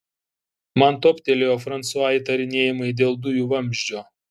man toptelėjo fransua įtarinėjimai dėl dujų vamzdžio